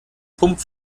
pump